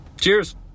Cheers